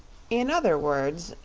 in other words,